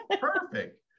Perfect